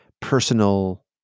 personal